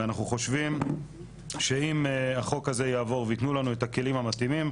אנחנו חושבים שאם החוק הזה יעבור ויתנו לנו את הכלים המתאימים,